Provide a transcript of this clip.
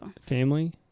Family